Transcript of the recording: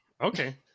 Okay